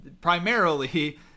primarily